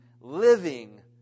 living